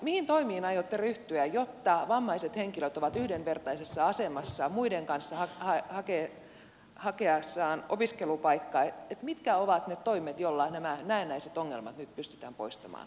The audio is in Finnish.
mihin toimiin aiotte ryhtyä jotta vammaiset henkilöt ovat yhdenvertaisessa asemassa muiden kanssa hakiessaan opiskelupaikkaa ja mitkä ovat ne toimet joilla nämä näennäiset ongelmat nyt pystytään poistamaan